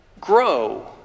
grow